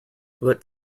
let